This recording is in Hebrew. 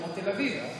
כמו תל אביב,